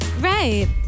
right